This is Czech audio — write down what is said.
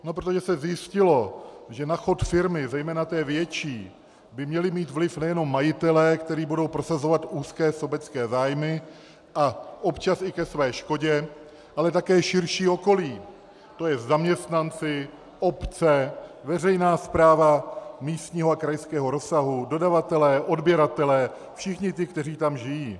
No protože se zjistilo, že na chod firmy, zejména té větší, by měli mít vliv nejenom majitelé, kteří budou prosazovat úzké sobecké zájmy, a občas i ke své škodě, ale také širší okolí, to je zaměstnanci, obce, veřejná správa místního a krajského rozsahu, dodavatelé, odběratelé, všichni ti, kteří tam žijí.